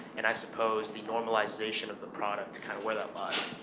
and i suppose, the normalization of the product, kind of where that lies?